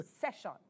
session